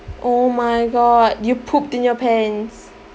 oh my god you pooped in your pants